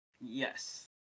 Yes